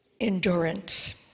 endurance